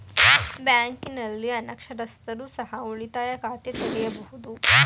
ಬ್ಯಾಂಕಿನಲ್ಲಿ ಅನಕ್ಷರಸ್ಥರು ಸಹ ಉಳಿತಾಯ ಖಾತೆ ತೆರೆಯಬಹುದು?